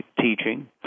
teaching